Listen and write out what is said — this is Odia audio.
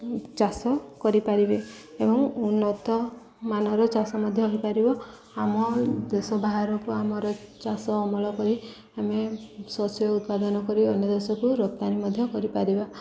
ଚାଷ କରିପାରିବେ ଏବଂ ଉନ୍ନତମାନାନର ଚାଷ ମଧ୍ୟ ହୋଇପାରିବ ଆମ ଦେଶ ବାହାରକୁ ଆମର ଚାଷ ଅମଳ କରି ଆମେ ଶସ୍ୟ ଉତ୍ପାଦନ କରି ଅନ୍ୟ ଦେଶକୁ ରପ୍ତାନି ମଧ୍ୟ କରିପାରିବା